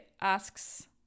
asks